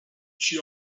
she